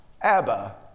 Abba